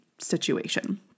situation